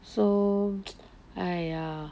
so !aiya!